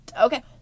Okay